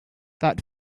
that